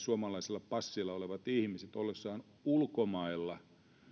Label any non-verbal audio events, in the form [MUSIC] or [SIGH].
[UNINTELLIGIBLE] suomalaisella passilla olevat ihmiset ollessaan ulkomailla